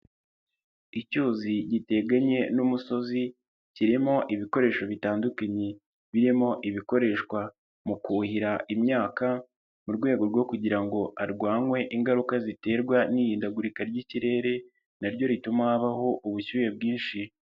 Icyuzi giteganye n'umusozi kirimo ibikoresho bitandukanye, birimo ibikoreshwa mu kuhira imyaka mu rwego rwo kugira ngo harwanywe ingaruka ziterwa n'ihindagurika ry'ikirere naryo rituma habaho ubushyuhe bwinshi.